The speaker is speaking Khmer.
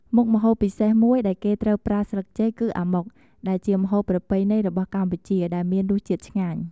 មុខម្ហូបពិសេសមួយដែលគេត្រូវប្រើស្លឹកចេក គឺអាម៉ុក ដែលជាម្ហូបប្រពៃណីរបស់កម្ពុជាដែលមានរសជាតិឆ្ងាញ់ ។